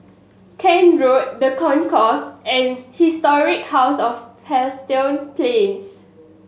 Kent Road The Concourse and Historic House of Plains